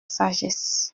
sagesse